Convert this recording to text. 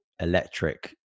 electric